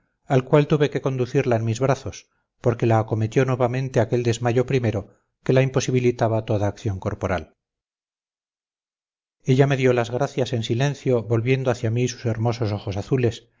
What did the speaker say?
al cual tuve que conducirla en mis brazos porque la acometió nuevamente aquel desmayo primero que la imposibilitaba toda acción corporal ella me dio las gracias en silencio volviendo hacia mí sus hermosos ojos azules